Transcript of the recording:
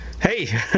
Hey